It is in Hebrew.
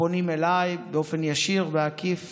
שפונים אליי באופן ישיר ועקיף